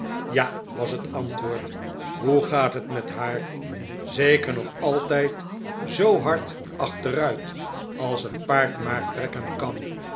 ja was het antwoord hoe gaat het met haar zeker nog altijd zoo hard achteruit als een paard maar trekken kan